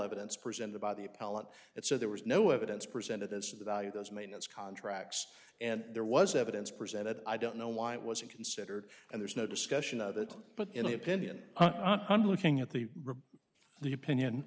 evidence presented by the appellant and so there was no evidence presented as to the value those maintenance contracts and there was evidence presented i don't know why it wasn't considered and there's no discussion of it but in my opinion i'm looking at the river the opinion